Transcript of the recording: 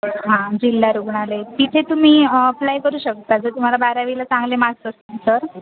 हां जिल्हा रुग्णालय तिथे तुम्ही अप्लाय करू शकता जर तुम्हाला बारावीला चांगले मार्क्स असतील तर